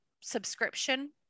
subscription